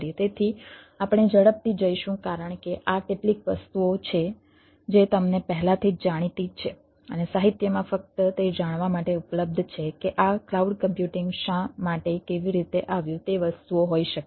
તેથી આપણે ઝડપથી જઈશું કારણ કે આ કેટલીક વસ્તુઓ છે જે તમને પહેલાથી જ જાણીતી છે અને સાહિત્યમાં ફક્ત તે જાણવા માટે ઉપલબ્ધ છે કે આ ક્લાઉડ કમ્પ્યુટિંગ શા માટે કેવી રીતે આવ્યું તે વસ્તુઓ હોઈ શકે છે